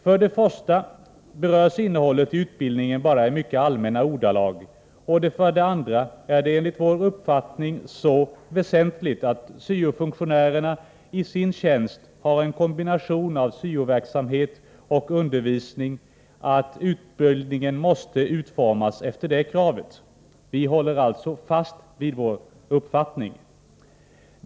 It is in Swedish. För det första berörs innehållet i utbildningen bara i mycket allmänna ordalag, och för det andra är det enligt vår uppfattning så väsentligt att syo-funktionärerna i sin tjänst har en kombination av syo-verksamhet och undervisning att utbildningen måste utformas efter det kravet. Vi håller alltså fast vid vår uppfattning.